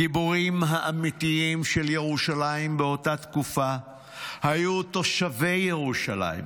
הגיבורים האמיתיים של ירושלים באותה תקופה היו תושבי ירושלים,